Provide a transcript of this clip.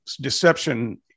deception